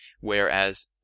whereas